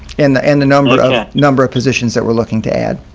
and the and the number of yeah number of positions that we're looking to add